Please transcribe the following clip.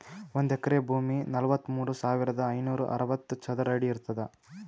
ಒಂದ್ ಎಕರಿ ಭೂಮಿ ನಲವತ್ಮೂರು ಸಾವಿರದ ಐನೂರ ಅರವತ್ತು ಚದರ ಅಡಿ ಇರ್ತದ